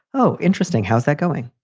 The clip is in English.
oh, interesting. how's that going?